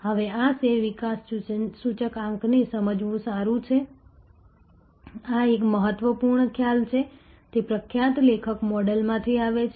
હવે આ શેર વિકાસ સૂચકાંકને સમજવું સારું છે આ એક મહત્વપૂર્ણ ખ્યાલ છે તે પ્રખ્યાત લેખક મોડેલમાંથી આવે છે